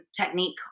technique